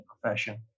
profession